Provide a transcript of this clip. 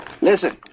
Listen